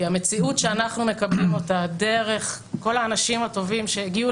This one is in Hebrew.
המציאות שאנחנו מקבלים אותה דרך כל האנשים הטובים שהגיעו